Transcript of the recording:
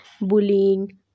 bullying